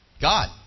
God